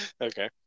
Okay